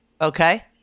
Okay